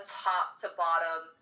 top-to-bottom